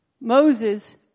Moses